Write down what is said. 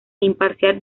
imparcial